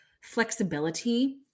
flexibility